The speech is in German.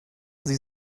sie